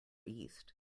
east